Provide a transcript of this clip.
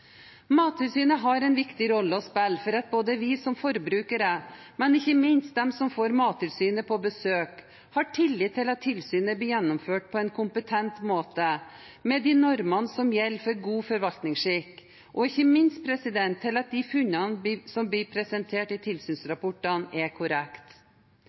Mattilsynet har en viktig rolle å spille for at både vi som forbrukere og ikke minst de som får Mattilsynet på besøk, har tillit til at tilsynet blir gjennomført på en kompetent måte, i tråd med de normene som gjelder for god forvaltningsskikk, og ikke minst tillit til at de funnene som blir presentert i